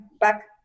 back